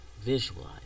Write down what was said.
visualize